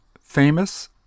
famous